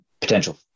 potential